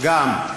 גם.